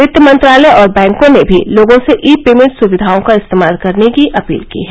वित्त मंत्रालय और बैंकों ने भी लोगों से ई पेमेंट सुविधाओं का इस्तेमाल करने की अपील की है